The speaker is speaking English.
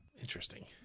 Interesting